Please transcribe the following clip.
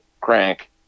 crank